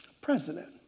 President